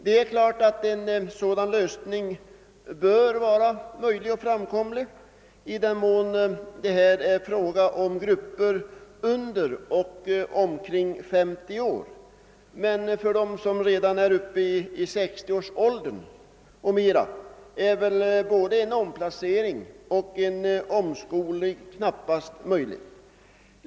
Det är klart att en sådan väg bör vara framkomlig i den mån det är fråga om grupper under eller omkring 50 år, men för dem som redan är uppe i 60-årsåldern och däröver är varken en omplacering eller en omskolning möjlig.